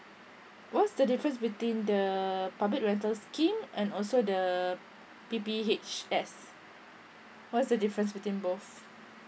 what's the difference between the public rental scheme and also the P_P_H_S what's the difference between both